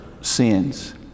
sins